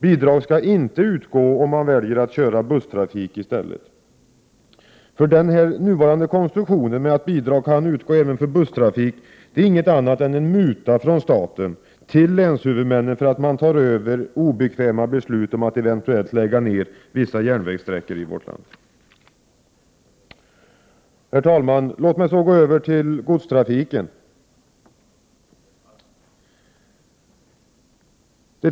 Bidraget skall inte utgå om man väljer att köra busstrafik i stället. Den nuvarande konstruktionen som innebär att bidraget kan utgå även för busstrafik är inget annat än en muta från staten till länshuvudmännen för att man tar över obekväma beslut om att eventuellt lägga ned vissa järnvägssträckor i vårt land. Herr talman! Låt mig så gå över till godstrafiken.